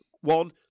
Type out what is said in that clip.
One